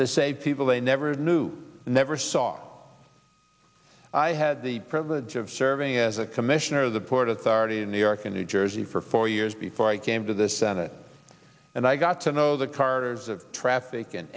they say people they never knew never saw i had the privilege of serving as a commissioner of the port authority in new york and new jersey for four years before i came to the senate and i got to know the cars of traffic and